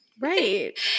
Right